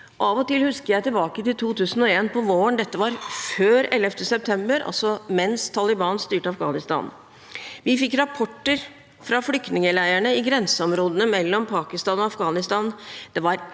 Av og til husker jeg tilbake til våren 2001 – dette var før 11. september mens Taliban styrte Afghanistan. Vi fikk rapporter fra flyktningleirene i grenseområdene mellom Pakistan og Afghanistan.